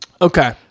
Okay